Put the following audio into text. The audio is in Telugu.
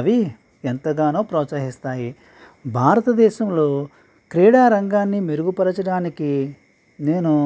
అవి ఎంతగానో ప్రోత్సహిస్తాయి భారతదేశంలో క్రీడా రంగాన్ని మెరుగుపరచడానికి నేను